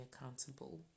accountable